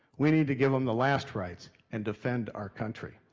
we need to give em the last rites. and defend our country.